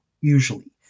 usually